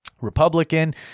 republican